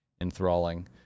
enthralling